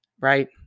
right